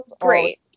great